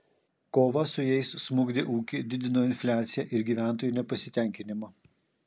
kova su jais smukdė ūkį didino infliaciją ir gyventojų nepasitenkinimą